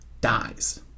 dies